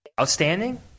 outstanding